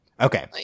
Okay